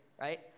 right